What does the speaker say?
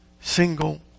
single